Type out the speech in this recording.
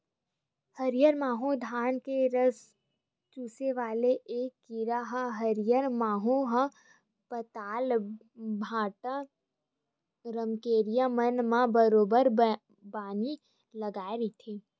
हरियर माहो धान के रस चूसे वाले ऐ कीरा ह हरियर माहो ह पताल, भांटा, रमकरिया मन म बरोबर बानी लगाय रहिथे